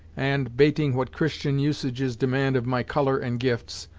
and, bating what christian usages demand of my colour and gifts,